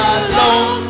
alone